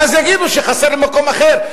ואז יגידו שחסר במקום אחר.